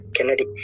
Kennedy